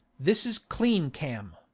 this is clean kam.